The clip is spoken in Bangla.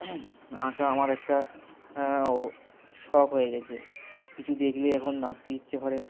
আঁকা আমার একটা শখ হয়ে গেছে কিছু দেখলে এখন আঁকতে ইচ্ছে করে